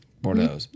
Bordeaux